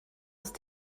ist